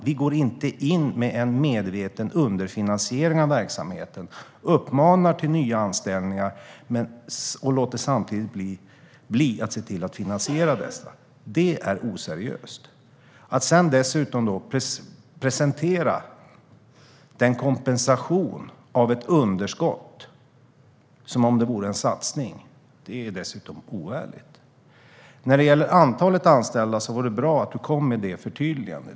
Vi går inte in med en medveten underfinansiering av verksamheten och uppmanar till nya anställningar samtidigt som vi låter bli att finansiera dessa. Det är oseriöst. Att sedan presentera en kompensation av ett underskott som om det vore en satsning är dessutom oärligt. När det gäller antalet anställda var det bra att du kom med det förtydligandet.